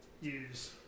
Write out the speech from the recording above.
use